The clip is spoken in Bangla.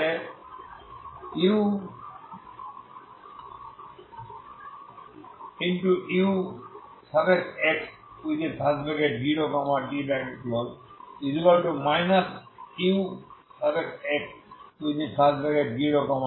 তাই u ux0t ux0t